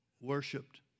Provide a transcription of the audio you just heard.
worshipped